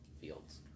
fields